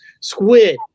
squid